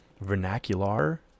Vernacular